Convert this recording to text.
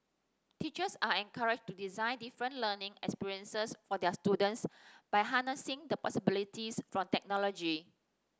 teachers are encouraged to design different learning experiences for their students by harnessing the possibilities from technology